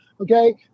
Okay